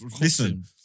Listen